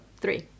three